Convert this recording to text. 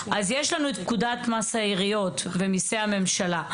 יש לנו את פקודת מס העיריות במסי הממשלה,